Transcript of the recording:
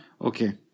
Okay